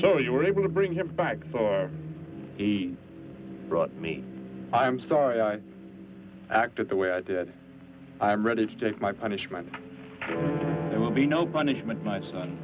so you were able to bring him back for a brought me i'm sorry i acted the way i did i'm ready to take my punishment it will be no punishment my son